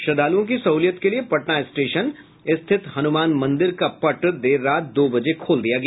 श्रद्वालुओं की सहुलियत के लिये पटना स्टेशन स्थित हनुमान मंदिर का पट देर रात दो बजे खोल दिया गया